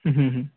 হুম হুম